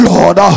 Lord